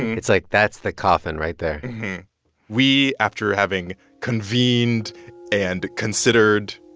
it's like, that's the coffin right there we, after having convened and considered